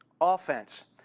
offense